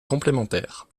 complémentaires